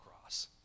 cross